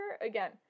Again